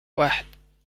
واحد